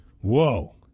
whoa